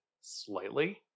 slightly